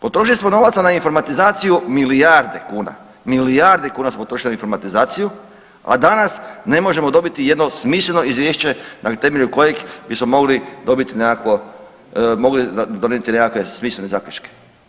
Potrošili smo novaca na informatizaciju milijarde kuna, milijarde kuna smo potrošili na informatizaciju, a danas ne možemo dobiti jedno smisleno izvješće na temelju kojeg bismo mogli dobit nekakvo, mogli donijeti nekakve smislene zaključke.